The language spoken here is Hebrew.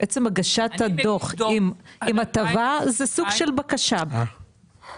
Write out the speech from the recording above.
הגשת הדוח עם הטבה זה סוג של בקשה,